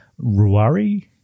Ruari